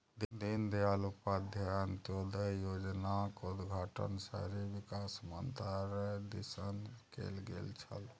दीनदयाल उपाध्याय अंत्योदय योजनाक उद्घाटन शहरी विकास मन्त्रालय दिससँ कैल गेल छल